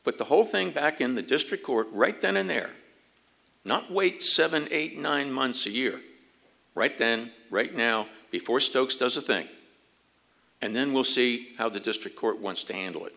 but the whole thing back in the district court right then and there not wait seven eight nine months a year right then right now before stokes does a thing and then we'll see how the district court wants to handle it